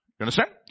understand